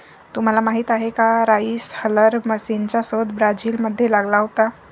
तुम्हाला माहीत आहे का राइस हलर मशीनचा शोध ब्राझील मध्ये लागला होता